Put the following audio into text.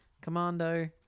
Commando